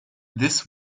this